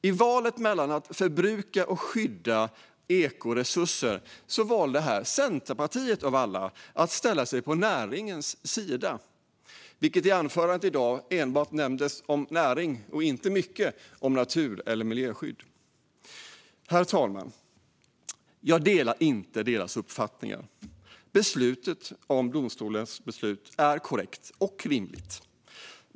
I valet mellan att förbruka eller skydda ekoresurser valde Centerpartiet här av alla att ställa sig på näringens sida. I anförandet i dag nämndes bara näring, och inte mycket sas om natur eller miljöskydd. Herr talman! Jag delar inte deras uppfattningar. Domstolens beslut är korrekt och rimligt.